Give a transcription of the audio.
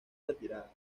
retirada